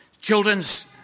Children's